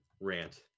rant